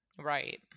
right